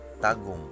Tagum